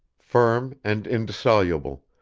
firm and indissoluble,